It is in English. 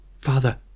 Father